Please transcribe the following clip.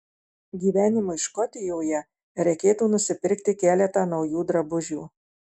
gyvenimui škotijoje reikėtų nusipirkti keletą naujų drabužių